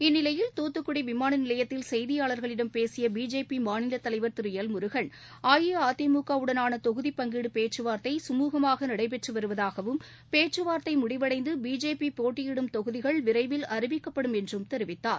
இந்நிலையில் துத்துக்குடி விமானநிலையத்தில் செய்தியாளர்களிடம் பேசிய பிஜேபி மாநிலத்தலைவர் திரு எல் முருகன் அஇஅதிமுகவுடனான தொகுதி பங்கீடு பேச்சுவார்த்தை கமூகமாக நடந்து வருவதாகவும் பேச்சுவார்தை முடிவடைந்து பிஜேபி போட்டியிடும் தொகுதிகள் விரைவில் அறிவிக்கப்படும் என்றும் தெரிவித்தார்